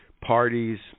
parties